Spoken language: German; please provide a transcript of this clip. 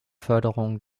förderung